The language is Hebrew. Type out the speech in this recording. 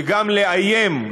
וגם לאיים,